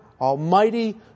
almighty